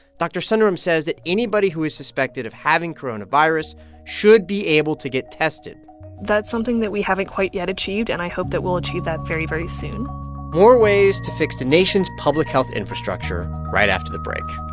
dr. sundaram says that anybody who is suspected of having coronavirus should be able to get tested that's something that we haven't quite yet achieved, and i hope that we'll achieve that very, very soon more ways to fix the nation's public health infrastructure right after the break